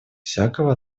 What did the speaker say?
всякого